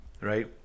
right